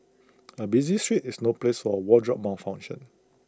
A busy street is no place for A wardrobe malfunction